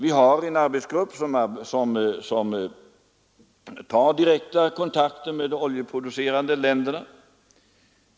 Vi har en arbetsgrupp som har direkta kontakter med de oljeproducerande länderna.